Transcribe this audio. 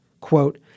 Quote